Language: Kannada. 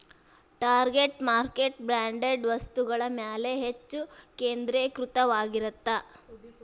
ಟಾರ್ಗೆಟ್ ಮಾರ್ಕೆಟ್ ಬ್ರ್ಯಾಂಡೆಡ್ ವಸ್ತುಗಳ ಮ್ಯಾಲೆ ಹೆಚ್ಚ್ ಕೇಂದ್ರೇಕೃತವಾಗಿರತ್ತ